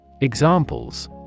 Examples